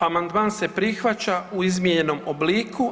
Amandman se prihvaća u izmijenjenom obliku.